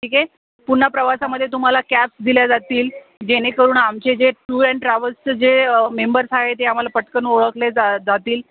ठीक आहे पुन्हा प्रवासामध्ये तुम्हाला कॅब्स दिल्या जातील जेणेकरून आमचे जे टूर अँड ट्रॅवल्सचं जे मेंबर्स आहे ते आम्हाला पटकन ओळखले जा जातील